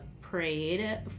prayed